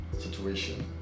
situation